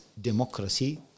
democracy